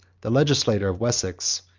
the legislator of wessex,